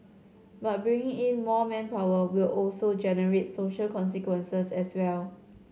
but bringing in more manpower will also generate social consequences as well